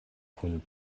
kun